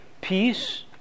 peace